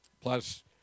plus